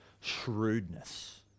shrewdness